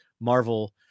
Marvel